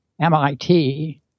MIT